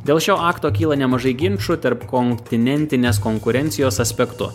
dėl šio akto kyla nemažai ginčų tarpkontinentinės konkurencijos aspektu